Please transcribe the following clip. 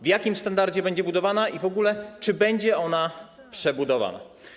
W jakim standardzie będzie budowana i w ogóle czy będzie ona przebudowana?